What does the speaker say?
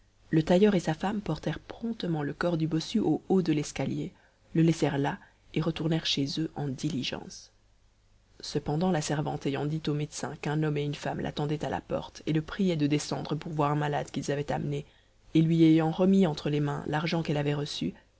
le tailleur et sa femme portèrent promptement le corps du bossu au haut de l'escalier le laissèrent là et retournèrent chez eux en diligence cependant la servante ayant dit au médecin qu'un homme et une femme l'attendaient à la porte et le priaient de descendre pour voir un malade qu'ils avaient amené et lui ayant remis entre les mains l'argent qu'elle avait reçu